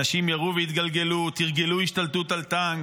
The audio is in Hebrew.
אנשים ירו והתגלגלו, תרגלו השתלטות על טנק.